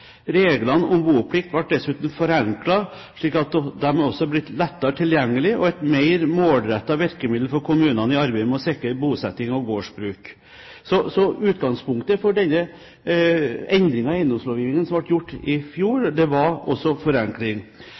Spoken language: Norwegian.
Reglene om boplikt ble dessuten forenklet, slik at de har blitt lettere tilgjengelig og et mer målrettet virkemiddel for kommunene i arbeidet for å sikre bosetting og gårdsbruk. Så utgangspunktet for den endringen i eiendomslovgivningen som ble gjort i fjor, var også forenkling.